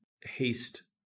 haste